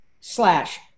slash